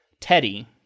Teddy